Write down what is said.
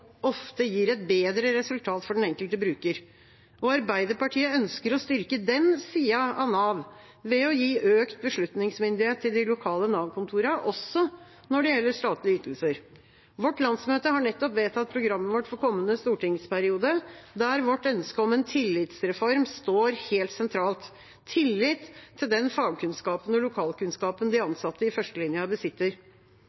ofte gir et bedre resultat for den enkelte bruker. Arbeiderpartiet ønsker å styrke den siden av Nav, ved å gi økt beslutningsmyndighet til de lokale Nav-kontorene også når det gjelder statlige ytelser. Vårt landsmøte har nettopp vedtatt programmet for kommende stortingsperiode, der vårt ønske om en tillitsreform står helt sentralt – tillit til den fagkunnskapen og lokalkunnskapen de